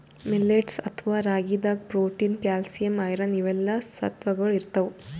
millets ಅಥವಾ ರಾಗಿದಾಗ್ protein, calcium, iron ಇವೆಲ್ಲಾ ಸತ್ವಗೊಳ್ ಇರ್ತವ್